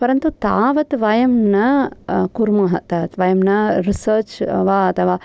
परन्तु तावत् वयं न कुर्मः वयं न रिसर्च् वा अथवा